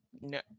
no